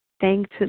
thanks